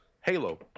Halo